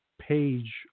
page